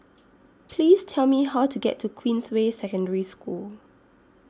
Please Tell Me How to get to Queensway Secondary School